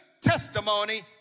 testimony